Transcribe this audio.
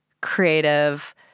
creative